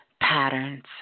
patterns